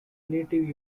native